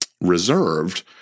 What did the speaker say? reserved